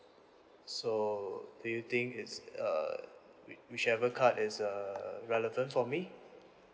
so do you think it's err whi~ whichever card is err relevant for me